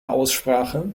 aussprache